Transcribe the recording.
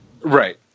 Right